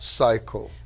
cycle